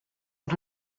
one